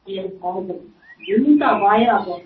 ए हजुर हुन्छ भयो अब